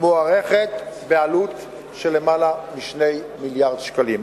מוערכת בעלות של למעלה מ-2 מיליארדי שקלים.